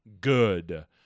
good